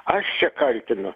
aš čia kaltinu